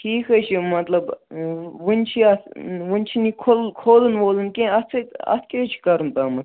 ٹھیٖک حظ چھُ مطلب وُنہِ چھِ یَتھ وُنہِ چھُنہٕ یہِ کھُل کھُولن وولُن کیٚنٛہہ اَتھ سۭتۍ اَتھ کیاہ حظ چھُ کَرُن تامَتھ